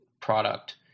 product